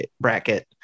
bracket